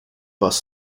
bus